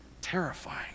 terrifying